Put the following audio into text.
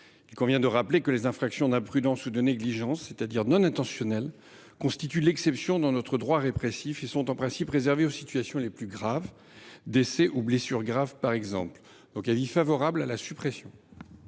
Il convient de rappeler que les infractions d’imprudence ou de négligence, c’est à dire non intentionnelles, constituent l’exception dans notre droit répressif, et sont en principe réservées aux situations les plus graves – décès ou blessures importantes, par exemple. Je suis donc favorable à ces